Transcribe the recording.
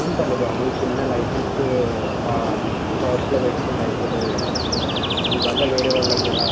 ఏం పని బాబు చిన్న లైసెన్స్ పా పర్సులో పెట్టుకుంటే అయిపోతుంది కదా ఎందుకు నీ వల్ల వేరే వాళ్ళకి కూడా